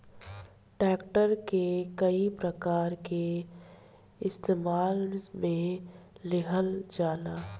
tractor के कई प्रकार के इस्तेमाल मे लिहल जाला